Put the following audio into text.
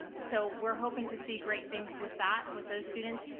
and so, we're hoping to see great things with that, with those students.